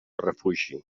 refugi